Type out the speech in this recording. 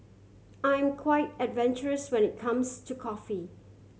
I'm quite adventurous when it comes to coffee